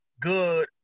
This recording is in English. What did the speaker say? good